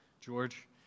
George